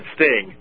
Sting